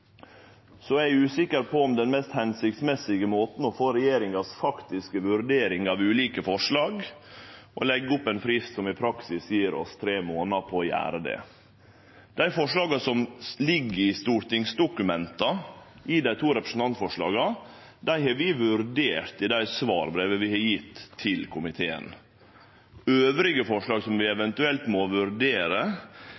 er eg usikker på om den mest hensiktsmessige måten å få regjeringas faktiske vurdering av ulike forslag er å leggje opp til ein frist som i praksis gjev oss tre månader på å gjere det. Dei forslaga som ligg i stortingsdokumenta – i dei to representantforslaga – har vi vurdert i det svarbrevet vi har gjeve til komiteen. Andre forslag som vi